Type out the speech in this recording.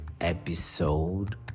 episode